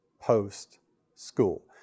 post-school